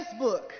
Facebook